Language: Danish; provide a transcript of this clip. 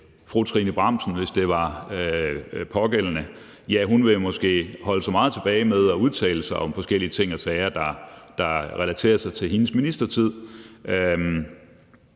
fru Trine Bramsen, hvis det var hende, måske holde sig meget tilbage med at udtale sig om forskellige ting og sager, der relaterer sig til hendes ministertid,